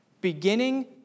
Beginning